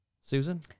Susan